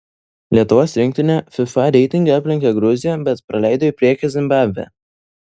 lietuvos rinktinė fifa reitinge aplenkė gruziją bet praleido į priekį zimbabvę